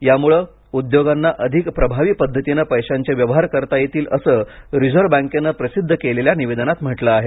यामुळं उद्योगांना अधिक प्रभावी पद्धतीनं पैशांचे व्यवहार करता येतील असं रिझर्व बँकेनं का प्रसिध्द केलेल्या निवेदनात म्हटलं आहे